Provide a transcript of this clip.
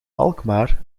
alkmaar